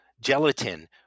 gelatin